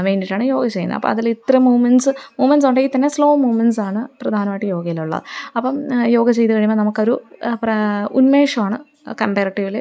വേണ്ടിയിട്ടാണ് യോഗ ചെയ്യുന്ന് അപ്പോഴതില് ഇത്ര മൂമെന്സ് മൂമെന്സുണ്ടെങ്കില്ത്തന്നെ സ്ലോ മൂവ്മെൻസാണ് പ്രധാനമായിട്ട് യോഗയിലുള്ളത് അപ്പോള് യോഗ ചെയ്തുകഴിയുമ്പോള് നമുക്കൊരു ഉന്മേഷമാണ് കമ്പാരിറ്റീവിലി